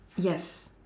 yes